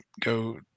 go